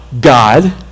God